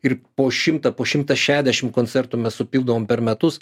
ir po šimtą po šimtą šešiasdešim koncertų mes supildom per metus